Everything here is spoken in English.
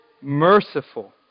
merciful